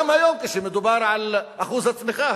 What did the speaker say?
גם היום כשמדובר על אחוז הצמיחה,